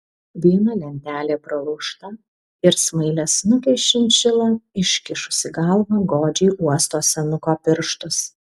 viena lentelė pralaužta ir smailiasnukė šinšila iškišusi galvą godžiai uosto senuko pirštus